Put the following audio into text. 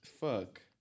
Fuck